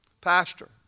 pastor